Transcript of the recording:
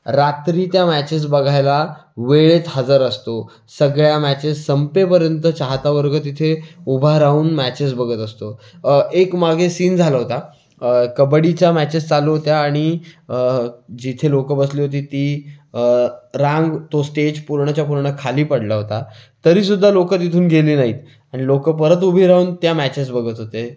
रात्री त्या मॅचेस बघायला वेळेत हजर असतो सगळ्या मॅचेस संपेपर्यंत चाहता वर्ग तिथे उभा राहून मॅचेस बघत असतो एक मागे सीन झाला होता कबड्डीच्या मॅचेस चालू होत्या आणि जिथे लोकं बसली होती ती रांग तो स्टेज पूर्णच्या पूर्ण खाली पडला होता तरीसुद्धा लोकं तिथून गेली नाहीत लोकं परत उभी राहून त्या मॅचेस बघत होते